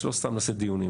שלא סתם נעשה דיונים.